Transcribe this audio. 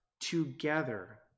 together